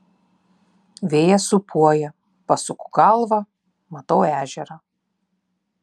vėjas sūpuoja pasuku galvą matau ežerą